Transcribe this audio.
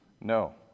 No